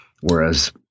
whereas